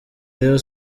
rayon